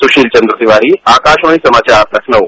सुशील चंद्र तिवारी आकाशवाणी समाचार लखनऊ